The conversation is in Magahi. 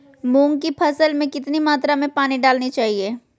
मूंग की फसल में कितना मात्रा में पानी डालना चाहिए?